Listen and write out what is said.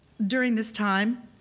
during this time